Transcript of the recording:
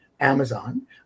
Amazon